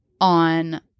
on